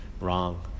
wrong